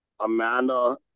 Amanda